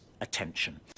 attention